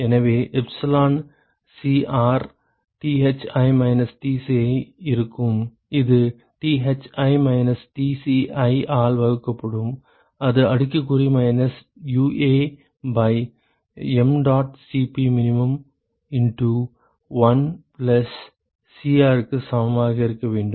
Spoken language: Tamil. எனவே epsilon Cr Thi minus Tci இருக்கும் இது Thi மைனஸ் Tci ஆல் வகுக்கப்படும் இது அடுக்குக்குறி minus UA by mdot Cp min into 1 plus Cr க்கு சமமாக இருக்க வேண்டும்